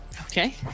Okay